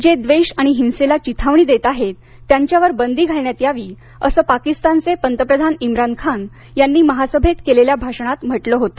जे द्वेष आणि हिंसेला चिथावणी देत आहेत त्यांच्यावर बंदी घालण्यात यावी असे पाकिस्तानचे पंतप्रधान इम्रान खान यांनी महासभेत केलेल्या भाषणात म्हटलं होत